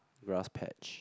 grass patch